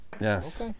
Yes